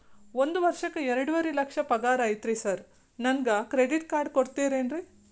ಒಂದ್ ವರ್ಷಕ್ಕ ಎರಡುವರಿ ಲಕ್ಷ ಪಗಾರ ಐತ್ರಿ ಸಾರ್ ನನ್ಗ ಕ್ರೆಡಿಟ್ ಕಾರ್ಡ್ ಕೊಡ್ತೇರೆನ್ರಿ?